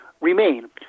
remain